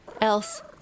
Else